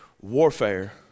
warfare